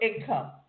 income